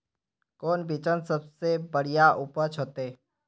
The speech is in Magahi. कौन बिचन सबसे बढ़िया उपज होते?